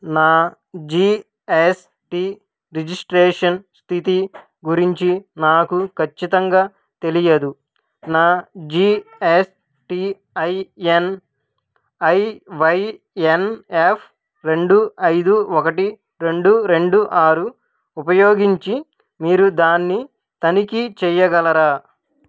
నా G S T registration స్థితి గురించి నాకు ఖచ్చితంగా తెలియదు నా G S T I N I Y N F రెండు ఐదు ఒకటి రెండు రెండు ఆరు ఉపయోగించి మీరు దాన్ని తనిఖీ చేయగలరా